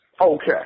Okay